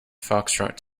foxtrot